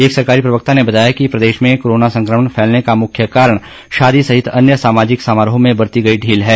एक सरकारी प्रवक्ता ने बताया कि प्रदेश में कोरोना संक्रमण फैलने का मुख्य कारण शादी सहित अन्य सामाजिक समारोहों में बरती गई ढील है